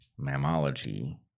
mammology